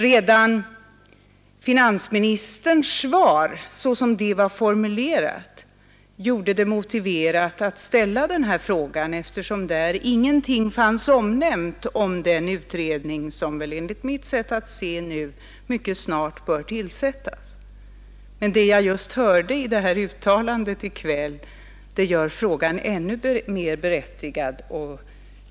Redan finansministerns svar såsom det var formulerat gjorde det motiverat att ställa den här frågan, eftersom ingenting där fanns omnämnt om den utredning som enligt mitt sätt att se nu mycket snart bör tillsättas, men det jag hörde i TV-programmet i kväll gör frågan ännu mer berättigad.